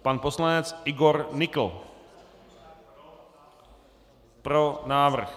Pan poslanec Igor Nykl: Pro návrh.